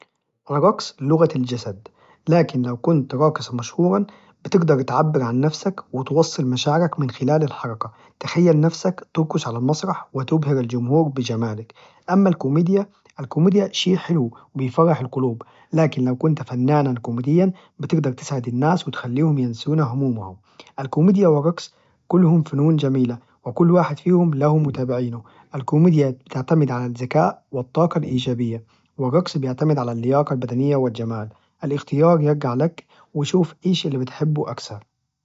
الرقص لغة الجسد، لكن لو كنت راقس مشهوراً بتقدر تعبر عن نفسك، وتوصل مشاعرك من خلال الحركة، تخيل نفسك تركز على المسرح وتبهر الجمهور بجمالك، أما الكوميديا! الكوميديا شيء حلو وبيفرح القلوب، لكن لو كنت فناناً كوميدياً بتقدر تساعد الناس وتخليهم ينسون همومهم، الكوميديا والرقص كلهم فنون جميلة وكل واحد فيهم له متابعينه، الكوميديا بتعتمد عن الزكاء والطاقة الإيجابية، والرقص بيعتمد على اللياقة البدنية والجمال، الإختيار يرجع لك وشوف إيش إللي بتحبه أكثر.